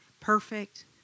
perfect